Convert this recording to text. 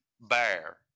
bear